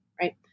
right